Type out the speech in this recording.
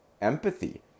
empathy